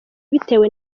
bitewe